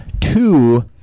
two